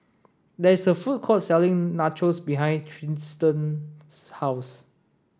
there is a food court selling Nachos behind Tristian's house